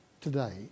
today